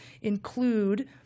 include